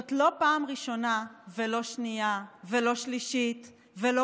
זאת לא פעם ראשונה ולא שנייה ולא שלישית ולא